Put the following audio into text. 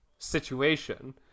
situation